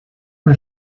que